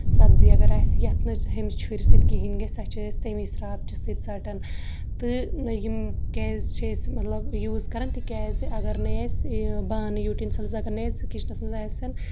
سَبزی اَگر آسہِ یَتھ نہٕ ہُمہِ چھُرِ سۭتۍ کِہینۍ گژھِ سُہ چھِ أسۍ تَمی شراکپچہِ سۭتۍ ژَٹان تہٕ یِم کیازِ چھِ أسۍ مطلب یوٗز کران تِکیازِ اَگر نہٕ اَسہِ بانہٕ یُٹنسِلٕز اَگر نہٕ اَسہِ کِچنس منٛز آسیٚنۍ